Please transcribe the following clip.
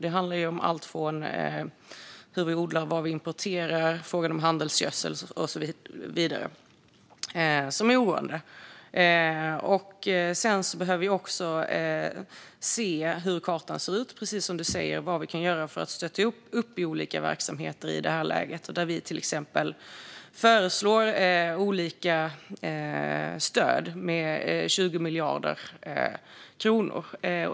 Det handlar om alltifrån hur vi odlar och vad vi importerar till frågan om handelsgödsel och så vidare. Sedan behöver vi, precis som du säger, se hur kartan ser ut och vad vi kan göra för att stötta olika verksamheter i det här läget. Till exempel föreslår vi olika stöd om tillsammans 20 miljarder kronor.